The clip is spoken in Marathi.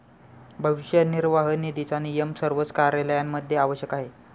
भविष्य निर्वाह निधीचा नियम सर्वच कार्यालयांमध्ये आवश्यक आहे